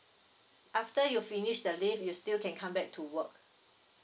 after you finish the leave you still can come back to work